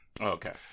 okay